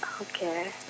Okay